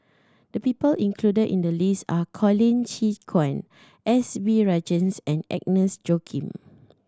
the people included in the list are Colin Qi Quan S B Rajhans and Agnes Joaquim